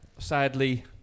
sadly